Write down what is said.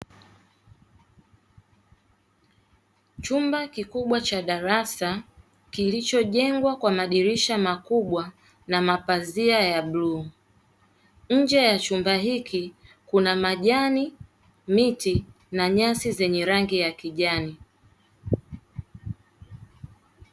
Chumba kikubwa cha darasa kilichojengwa kwa madirisha makubwa na mapazia ya buluu, nje ya chumba hiki kuna majani, miti na nyasi zenye rangi ya kijani.